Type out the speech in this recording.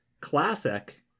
Classic